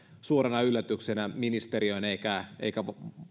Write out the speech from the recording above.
suurena yllätyksenä ministeriöön eikä eikä